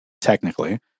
technically